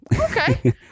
Okay